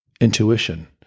Intuition